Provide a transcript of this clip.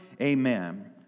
Amen